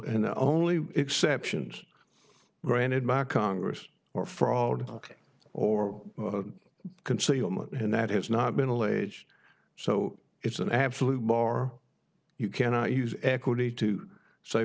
and only exceptions granted by congress or fraud ok or concealment and that has not been alleged so it's an absolute bar you cannot use equity to say